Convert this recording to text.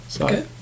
Okay